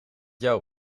jouw